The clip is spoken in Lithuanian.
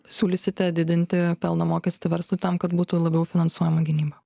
siūlysite didinti pelno mokestį verslui tam kad būtų labiau finansuojama gynyba